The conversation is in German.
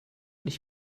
nicht